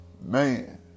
Man